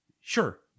Sure